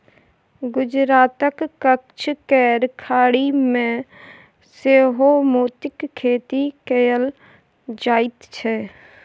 गुजरातक कच्छ केर खाड़ी मे सेहो मोतीक खेती कएल जाइत छै